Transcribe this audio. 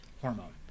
hormone